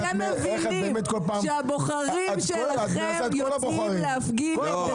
אתם פוגעים כאן בקודש הקודשים של אדם פרטי.